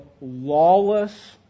lawless